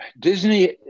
Disney